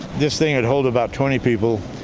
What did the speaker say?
this thing could hold about twenty people.